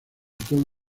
todo